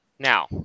Now